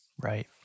Right